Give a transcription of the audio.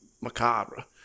macabre